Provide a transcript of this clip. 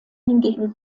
hingegen